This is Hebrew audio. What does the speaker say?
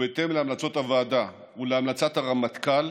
ובהתאם להמלצות הוועדה ולהמלצת הרמטכ"ל,